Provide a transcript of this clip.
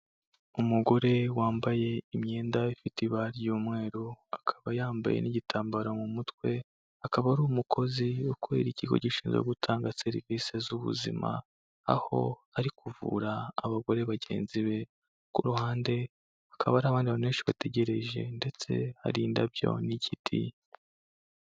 Umugore wambaye imyenda ifite ibara ry'umweru, akaba yambaye n'igitambaro mu mutwe, akaba ari umukozi ukorera ikigo gishinzwe gutanga serivisi z'ubuzima, aho ari kuvura abagore bagenzi be, ku ruhande hakaba hari abandi bantu benshi bategereje, ndetse hari indabyo n'igiti.